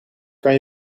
kan